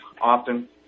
often